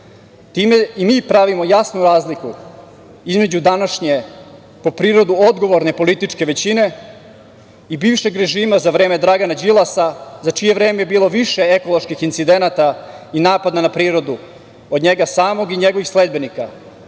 Time i mi pravimo jasnu razliku između današnje po prirodu odgovorne političke većine i bivšeg režima za vreme Dragana Đilasa, za čije vreme je bilo više ekoloških incidenata i napada na prirodu od njega samog i njegovih sledbenika,